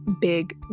big